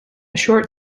short